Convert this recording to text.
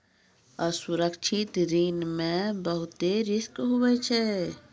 असुरक्षित ऋण मे बहुते रिस्क हुवै छै